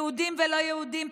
יהודים ולא יהודים,